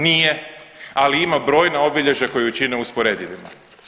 Nije, ali ima brojna obilježja koja ju čine usporedivim.